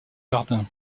jardins